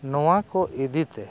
ᱱᱚᱣᱟ ᱠᱚ ᱤᱫᱤᱛᱮ